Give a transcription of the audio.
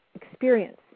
experience